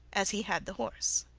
as he had the horse.